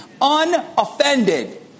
unoffended